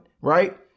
right